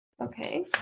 Okay